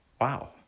Wow